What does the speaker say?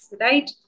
right